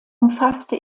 umfasste